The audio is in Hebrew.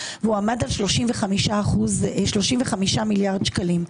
ועמד על 35 מיליארד שקלים,